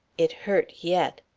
it hurt yet.